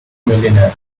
millionaire